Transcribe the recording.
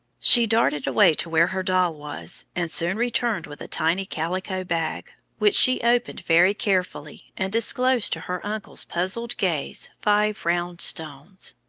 she darted away to where her doll was, and soon returned with a tiny calico bag, which she opened very carefully and disclosed to her uncle's puzzled gaze five round stones.